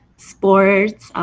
sports,